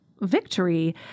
victory